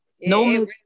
No